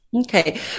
Okay